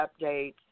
updates